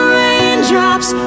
raindrops